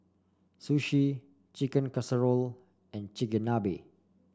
Sushi Chicken Casserole and Chigenabe